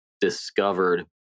discovered